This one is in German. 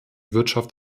wirtschaft